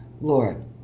Lord